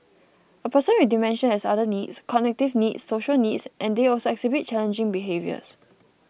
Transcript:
a person with dementia has other needs cognitive needs social needs and they also exhibit challenging behaviours